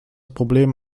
problem